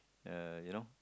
uh you know